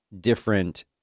different